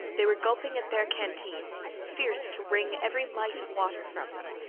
they were gulping at their canteens, fierce to wring every mite of water from them,